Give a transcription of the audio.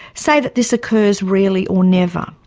say that this occurs rarely or never.